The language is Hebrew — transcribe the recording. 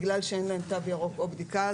בגלל שאין להם תו ירוק או בדיקה.